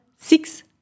six